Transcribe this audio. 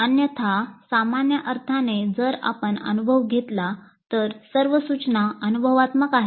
अन्यथा सामान्य अर्थाने जर आपण अनुभव घेतला तर सर्व सूचना अनुभवात्मक आहेत